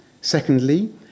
Secondly